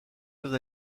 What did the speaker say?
chose